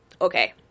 okay